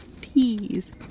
peas